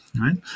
right